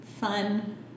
fun